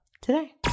today